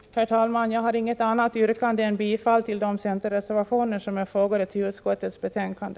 Herr talman! Jag har inget annat yrkande än om bifall till de centerreservationer som är fogade till utskottets betänkande.